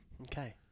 Okay